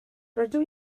rydw